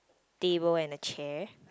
table and a chair